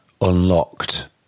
unlocked